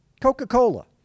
Coca-Cola